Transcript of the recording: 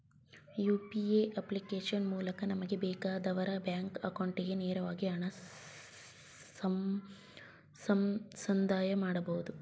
UPA application ಮೂಲಕ ನಮಗೆ ಬೇಕಾದವರ ಬ್ಯಾಂಕ್ ಅಕೌಂಟಿಗೆ ನೇರವಾಗಿ ಹಣ ಸಂದಾಯ ಮಾಡಬಹುದು